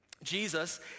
Jesus